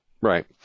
Right